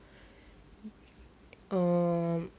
um